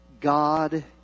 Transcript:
God